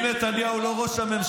אם נתניהו לא היה ראש הממשלה,